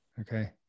okay